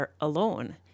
alone